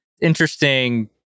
interesting